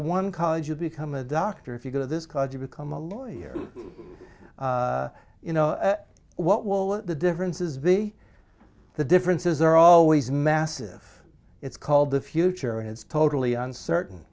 one college you become a doctor if you go to this cause you become a lawyer you know what will the differences be the differences are always massive it's called the future and it's totally uncertain